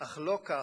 אך לא כך